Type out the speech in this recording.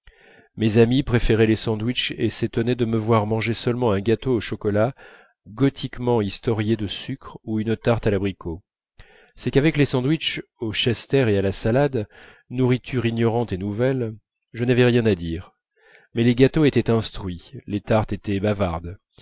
mes amies préféraient les sandwiches et s'étonnaient de me voir manger seulement un gâteau au chocolat gothiquement historié de sucre ou une tarte à l'abricot c'est qu'avec les sandwiches au chester et à la salade nourriture ignorante et nouvelle je n'avais rien à dire mais les gâteaux étaient instruits les tartes étaient bavardes